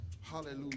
Hallelujah